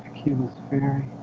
he was very